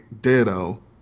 Ditto